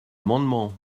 amendement